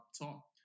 top